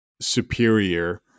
superior